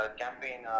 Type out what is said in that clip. campaign